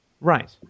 Right